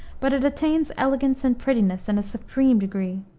but it attains elegance and prettiness in a supreme degree.